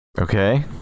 Okay